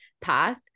path